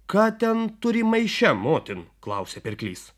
ką ten turi maiše motin klausia pirklys